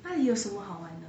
那里有什么好玩的